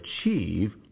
achieve